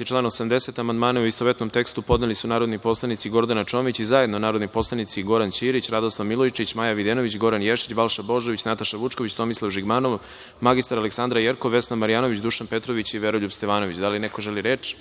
i član 80. amandmane u istovetnom tekstu podneli su narodni poslanici Gordana Čomić i zajedno narodni poslanici Goran Ćirić, Radoslav Milojičić, Maja Videnović, Goran Ješić, Balša Božović, Nataša Vučković, Tomislav Žigmanov, mr Aleksandra Jerkov, Vesna Marjanović, Dušan Petrović i Veroljub Stevanović. Da li neko želi reč?